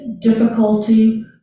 difficulty